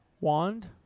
Wand